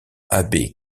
abbé